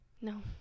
No